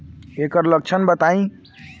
ऐकर लक्षण बताई?